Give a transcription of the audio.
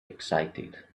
excited